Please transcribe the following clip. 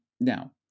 Now